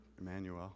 Emmanuel